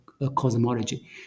cosmology